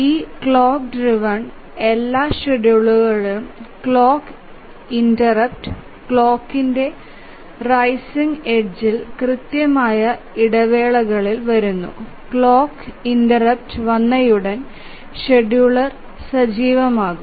ഈ clock driven എല്ലാ ഷെഡ്യൂളറുകളിലും ക്ലോക്ക് ഇന്ററപ്റ്റ് ക്ലോക്കിന്റെ റൈസിംഗ് എഡ്ജിൽ കൃത്യമായ ഇടവേളകളിൽ വരുന്നു ക്ലോക്ക് ഇന്ററപ്റ്റുകൾ വരുന്നു ക്ലോക്ക് ഇന്ററപ്റ്റ് വന്നയുടൻ ഷെഡ്യൂളർ സജീവമാകും